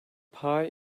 pie